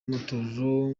amatorero